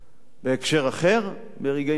בהקשר אחר, ברגעי מבחן